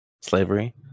Slavery